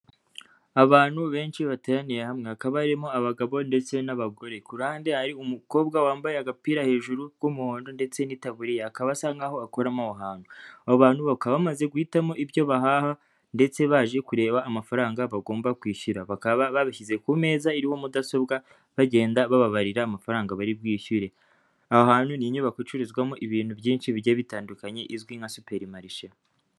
Abantu benshi bateraniye hamwe hakaba harimo abagabo ndetse n'abagore kuruhande hari umukobwa wambaye agapira hejuru k'umuhondo ndetse n'itaburiya akaba asa nkaho akoramo ahohantu bakaba bamaze guhitamo ibyo bahaha ndetse baje kureba amafaranga bagomba kwishyura babishyize ku meza iriho mudasobwa bagenda bababarira amafaranga bari bwishyure aha hantu ni inyubako icururizwamo ibintu byinshi bijyiye bitandukanye izwi nka superi marishe.